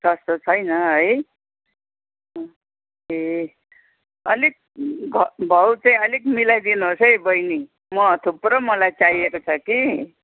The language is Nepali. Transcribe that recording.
सस्तो छैन है ए अलिक भाउ चाहिँ अलिक मिलाई दिनु होस् है बहिनी म थुप्रो मलाई चाहिएको छ कि